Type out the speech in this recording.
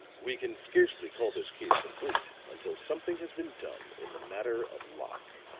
we can scarcely call this case complete until something has been done in the matter of locke.